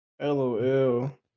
LOL